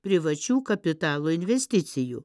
privačių kapitalo investicijų